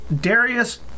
darius